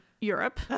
europe